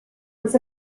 was